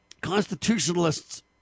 constitutionalists